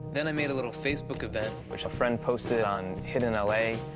then i made a little facebook event, which a friend posted on hidden l a.